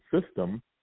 system